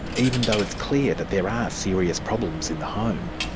even though it's clear that there are serious problems in the home.